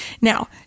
Now